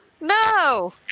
no